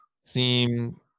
seem